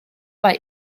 bei